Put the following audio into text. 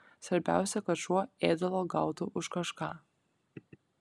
svarbiausia kad šuo ėdalo gautų už kažką